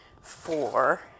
four